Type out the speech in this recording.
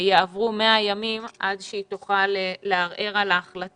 שיעברו 100 ימים עד שהיא תוכל לערער על ההחלטה.